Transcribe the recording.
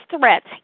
threats